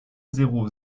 zéro